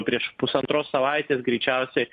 prieš pusantros savaitės greičiausiai